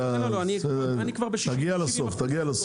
תגיע לסוף.